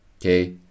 okay